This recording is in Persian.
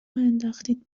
انداختین